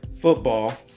football